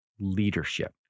leadership